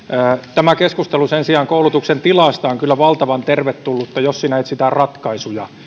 tämä keskustelu sen sijaan koulutuksen tilasta on kyllä valtavan tervetullutta jos siinä etsitään ratkaisuja